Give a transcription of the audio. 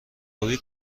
آبی